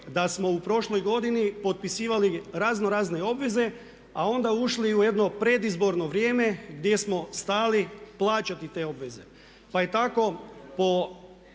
da smo u prošloj godini potpisivali razno razne obveze a onda ušli u jedno predizborno vrijeme gdje smo stali plaćati te obveze pa je tako po